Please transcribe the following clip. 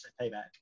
payback